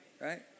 right